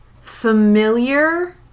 familiar